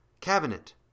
Cabinet